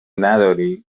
نداری